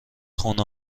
خونه